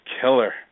killer